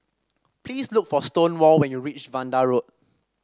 please look for Stonewall when you reach Vanda Road